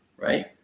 right